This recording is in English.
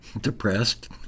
depressed